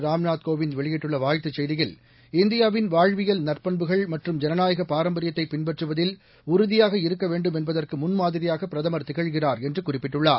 ராம்நாத் கோவிந்த் வெளியிட்டுள்ள வாழ்த்துச் செய்தியில் இந்தியாவின் வாழ்வியல் நற்பண்புகள் மற்றும் ஜனநாயக பாரம்பரியத்தைப் பின்பற்றுவதில் உறுதியாக இருக்க வேண்டுமென்பதற்கு முன்மாதிரியாக பிரதமர் திகழ்கிறார் என்று குறிப்பிட்டுள்ளார்